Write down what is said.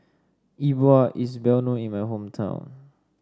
E Bua is well known in my hometown